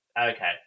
okay